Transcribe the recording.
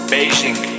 Beijing